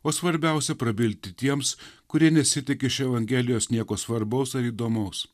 o svarbiausia prabilti tiems kurie nesitiki iš evangelijos nieko svarbaus ar įdomus